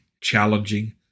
challenging